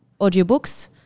audiobooks